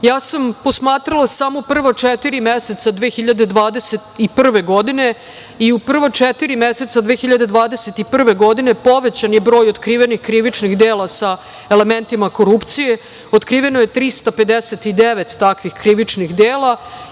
radimo. Posmatrala sam samo prva četiri meseca 2021. godine i u prva četiri meseca 2021. godine povećan je broj otkrivenih krivičnih dela sa elementima korupcije. Otkriveno je 359 takvih krivičnih dela